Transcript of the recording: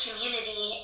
community